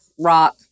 Rock